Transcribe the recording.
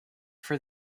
for